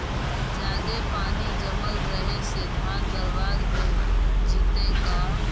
जादे पानी जमल रहे से धान बर्बाद हो जितै का?